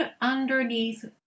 underneath